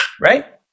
right